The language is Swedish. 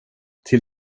till